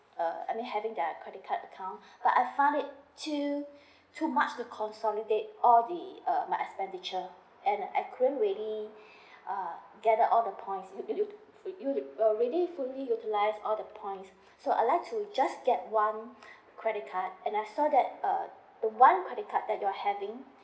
uh I mean having their credit card account but I find it too too much to consolidate all the uh my expenditure and I couldn't really uh gather all the points due to due to I already fully utilise all the points so I'd like to just get one credit card and I saw that uh the one credit card that you're having